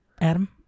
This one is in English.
Adam